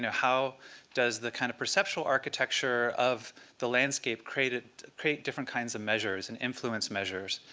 how does the kind of perceptual architecture of the landscape create ah create different kinds of measures and influence measures,